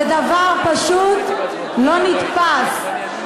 זה דבר פשוט לא נתפס.